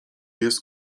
jest